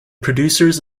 producers